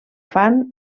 fan